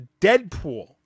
Deadpool